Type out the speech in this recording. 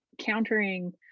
countering